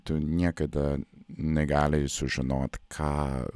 tu niekada negali sužinot ką